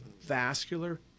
vascular